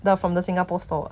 the from the singapore store ah